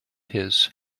his